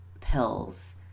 pills